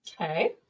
Okay